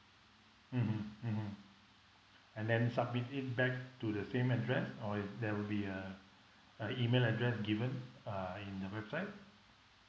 mmhmm mmhmm and then submit it back to the same address or is there will be a a email address given uh in the website